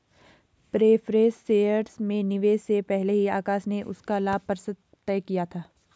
preference shares में निवेश से पहले ही आकाश ने उसका लाभ प्रतिशत तय किया था